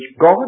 God